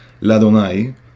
ladonai